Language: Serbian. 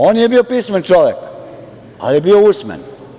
On nije bio pismen čovek, ali je bio usmen.